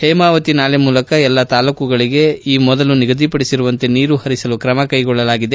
ಹೇಮಾವತಿ ನಾಲೆ ಮೂಲಕ ಎಲ್ಲಾ ತಾಲೂಕುಗಳಿಗೆ ಈ ಮೊದಲು ನಿಗದಿಪಡಿಸಿರುವಂತೆ ನೀರು ಹರಿಸಲು ತ್ರಮ ಕೈಗೊಳ್ಳಲಾಗಿದೆ